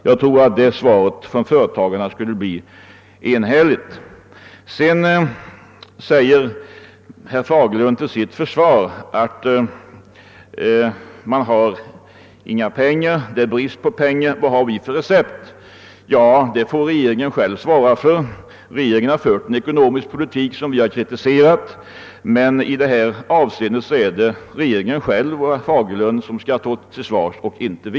Jag tror att det svaret från företagarna skulle bli enhälligt. Vidare sade herr Fagerlund till sitt försvar att det råder brist på pengar och frågade vad moderata samlingspartiet har för recept för att råda bot på den bristen. Då vill jag säga att det får regeringen själv svara för. Regeringen har fört en ekonomisk politik som vi har kritiserat. Därför är det regeringen själv och herr Fagerlund som skall stå till svars, inte vi.